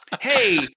Hey